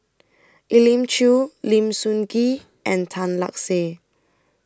Elim Chew Lim Sun Gee and Tan Lark Sye